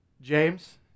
James